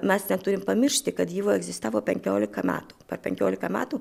mes neturim pamiršti kad egzistavo penkiolika metų er penkiolika metų